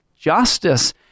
justice